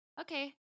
okay